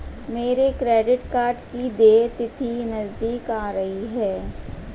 मेरे credit card की देय तिथि नज़दीक आ रही है